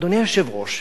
אדוני היושב-ראש,